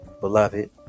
beloved